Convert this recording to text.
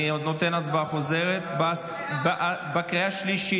אני נותן הצבעה חוזרת בקריאה שלישית